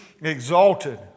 exalted